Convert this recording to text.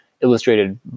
illustrated